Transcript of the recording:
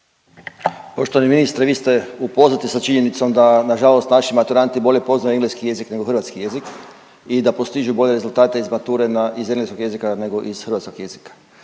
Poštovani ministre, vi ste upoznati sa činjenicom da nažalost naši maturanti bolje poznaju engleski jezik nego hrvatski jezik i da postižu bolje rezultate iz mature na, iz engleskog jezika nego iz hrvatskog jezika